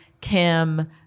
Kim